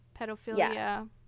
pedophilia